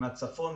מהצפון,